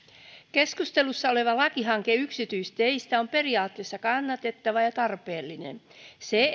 keskustelussa oleva lakihanke yksityisteistä on periaatteessa kannatettava ja tarpeellinen se